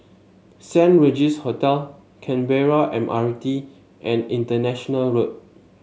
Saint Regis Hotel Canberra M R T and International Road